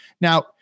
Now